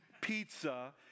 pizza